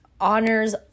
honors